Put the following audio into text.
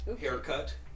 haircut